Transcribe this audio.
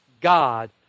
God